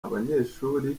abanyeshuri